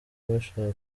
bashaka